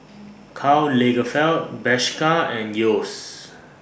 Karl Lagerfeld Bershka and Yeo's